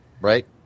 right